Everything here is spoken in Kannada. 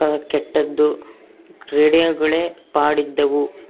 ಕ ಕೆಟ್ಟದ್ದು ರೇಡಿಯೋಗಳೇ ಪಾಡಿದ್ದವು